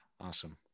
Awesome